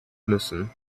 müssen